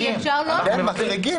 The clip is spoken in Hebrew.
כן, אנחנו מחריגים.